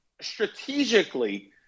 strategically